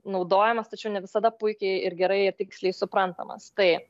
naudojamas tačiau ne visada puikiai ir gerai ir tiksliai suprantamas tai